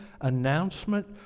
announcement